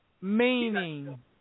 meaning